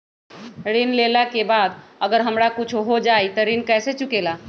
ऋण लेला के बाद अगर हमरा कुछ हो जाइ त ऋण कैसे चुकेला?